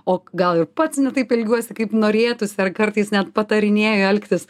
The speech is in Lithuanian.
o gal ir pats ne taip elgiuosi kaip norėtųsi ar kartais net patarinėju elgtis